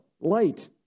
light